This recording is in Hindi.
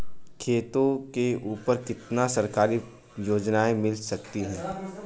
खेतों के ऊपर कितनी सरकारी योजनाएं मिल सकती हैं?